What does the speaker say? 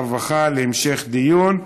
הרווחה והבריאות להמשך דיון.